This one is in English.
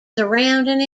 surrounding